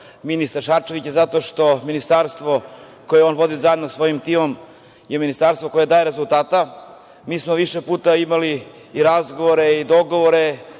ministra Šarčevića, zato što Ministarstvo koje on vodi zajedno sa timom, je Ministarstvo koje daje rezultate. Mi smo više puta imali i razgovore i dogovore,